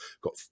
got